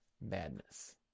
madness